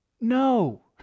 No